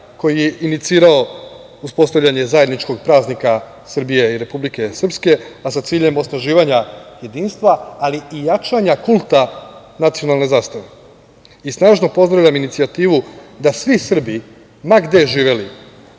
koji je inicirao uspostavljanje zajedničkog praznika Srbije i Republike Srpske, a sa ciljem osnaživanja jedinstava, ali i jačanja kulta nacionalne zastave. Snažno pozdravljam inicijativu da svi Srbi, ma gde živeli,